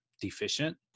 deficient